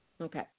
Okay